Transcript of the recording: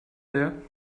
there